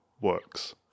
works